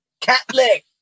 Catholic